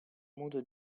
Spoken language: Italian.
modo